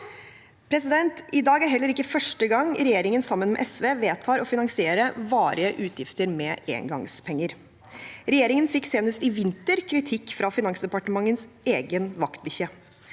politikk. I dag er heller ikke første gang regjeringen, sammen med SV, vedtar å finansiere varige utgifter med engangspenger. Regjeringen fikk senest i vinter kritikk fra Finansdepartementets egen vaktbikkje.